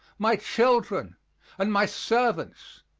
my children and my servants,